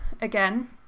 again